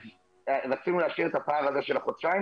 אז רצינו להשאיר את הפער הזה של חודשיים.